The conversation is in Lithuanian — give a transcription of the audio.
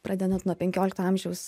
pradedant nuo penkiolikto amžiaus